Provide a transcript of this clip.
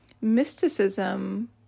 mysticism